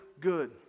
good